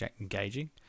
engaging